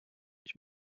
ich